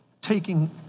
taking